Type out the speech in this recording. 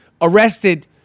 arrested